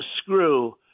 screw